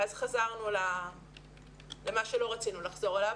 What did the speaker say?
ואז חזרנו למה שלא רצינו לחזור אליו,